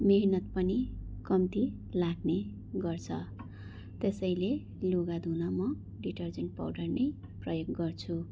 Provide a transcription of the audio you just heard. मेहनत पनि कम्ती लाग्ने गर्छ त्यसैले लुगा धुन म डिटर्जेन्ट पाउडर नै प्रयोग गर्छु